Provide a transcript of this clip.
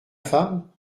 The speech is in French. femme